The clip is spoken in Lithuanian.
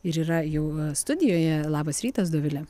ir yra jau va studijoje labas rytas dovile